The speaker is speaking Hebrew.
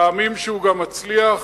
פעמים שהוא גם מצליח.